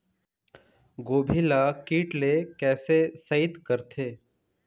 गोभी ल कीट ले कैसे सइत करथे?